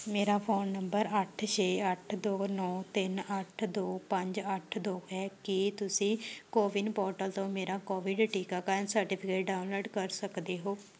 ਮੇਰਾ phone number ਅੱਠ ਛੇ ਅੱਠ ਦੋ ਨੌ ਤਿੰਨ ਅੱਠ ਦੋ ਪੰਜ ਅੱਠ ਦੋ ਹੈ ਕੀ ਤੁਸੀਂ ਕੋਵਿਨ ਪੋਰਟਲ ਤੋਂ ਮੇਰਾ ਕੋਵਿਡ ਟੀਕਾਕਰਨ ਸਰਟੀਫਿਕੇਟ ਡਾਊਨਲੋਡ ਕਰ ਸਕਦੇ ਹੋ